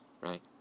right